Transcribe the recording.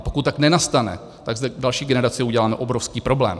Pokud tak nenastane, tak zde další generaci uděláme obrovský problém.